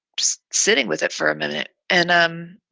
just sitting with it for a minute. and, um,